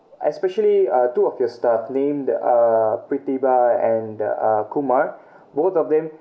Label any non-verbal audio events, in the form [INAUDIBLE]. especially two of your staff named uh Pritiba and the uh Kumar [BREATH] both of them